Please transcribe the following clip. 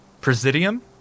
presidium